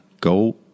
go